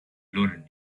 learn